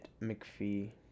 McPhee